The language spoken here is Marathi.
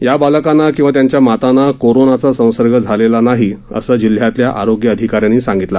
या बालकांना किंवा त्यांच्या मातांना कोरोना चा संसर्ग झाला नाही असं जिल्ह्यातल्या आरोग्य अधिकाऱ्यांनी सांगितलं